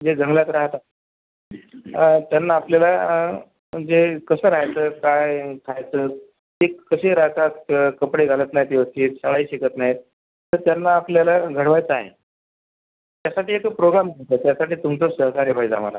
जे जंगलात राहतात त्यांना आपल्याला जे कसं राहायचं काय खायचं ते कसे राहतात कपडे घालत नाहीत व्यवस्थित शाळाही शिकत नाहीत तर त्यांना आपल्याला घडवायचं आहे त्यासाठी एक प्रोग्राम त्याच्यासाठी तुमचं सहकार्य पाहिजे आम्हाला